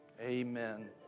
Amen